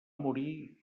morir